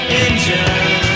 engine